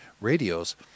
radios